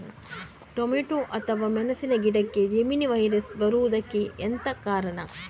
Tomato ಅಥವಾ ಮೆಣಸಿನ ಗಿಡಕ್ಕೆ ಜೆಮಿನಿ ವೈರಸ್ ಬರುವುದಕ್ಕೆ ಎಂತ ಕಾರಣ?